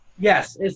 Yes